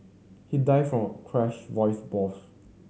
he died from a crushed voice box